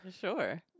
Sure